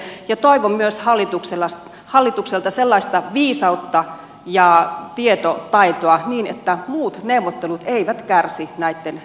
ja toivon myös hallitukselta sellaista viisautta ja tieto taitoa niin että muut neuvottelut eivät kärsi näitten neuvottelujen tuloksena